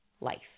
life